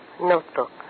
Notebook